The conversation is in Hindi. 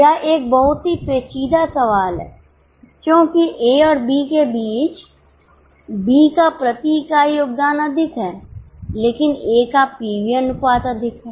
यह एक बहुत ही पेचीदा सवाल है क्योंकि A और B के बीच B का प्रति इकाई योगदान अधिक है लेकिन A का पीवी अनुपात अधिक है